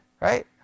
right